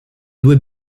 due